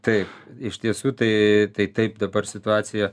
taip iš tiesų tai tai taip dabar situacija